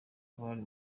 bari